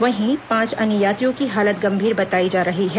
वहीं पांच अन्य यात्रियों की हालत गंभीर बताई जा रही है